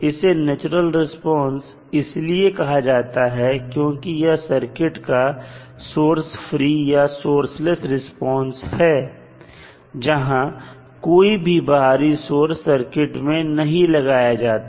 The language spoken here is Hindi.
इसे नेचुरल रिस्पांस इसलिए कहा जाता है क्योंकि यह सर्किट का सोर्स फ्री या सोर्स लेस रिस्पांस है जहां कोई भी बाहरी सोर्स सर्किट में नहीं लगाया जाता